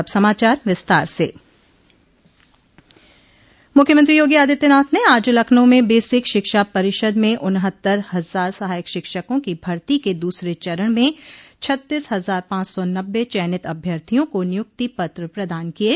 अब समाचार विस्तार से मुख्यमंत्री योगी आदित्यनाथ ने आज लखनऊ में बेसिक शिक्षा परिषद में उन्हत्तर हजार सहायक शिक्षकों की भर्ती के दूसरे चरण में छत्तीस हजार पांच सौ नब्बे चयनित अभ्यर्थियों को नियक्ति पत्र प्रदान किये